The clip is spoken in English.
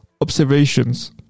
observations